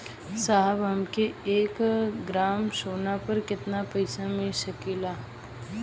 साहब हमके एक ग्रामसोना पर कितना पइसा मिल सकेला?